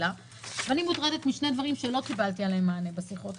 ואני מוטרדת משני דברים שלא קיבלתי עליהם מענה בשיחות,